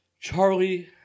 Charlie